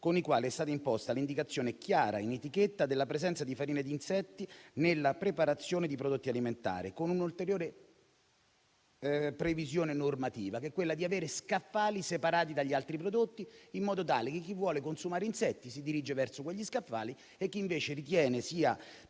con i quali è stata imposta l'indicazione chiara in etichetta della presenza di farine di insetti nella preparazione di prodotti alimentari, con un'ulteriore previsione normativa, che è quella di avere scaffali separati dagli altri prodotti, in modo tale che chi vuole consumare insetti si dirige verso quegli scaffali e chi invece ritiene sia per